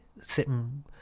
sitting